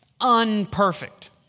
unperfect